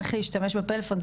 איך להשתמש בפלפון,